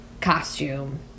costume